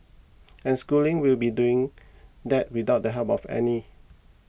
and schooling will be doing that without the help of any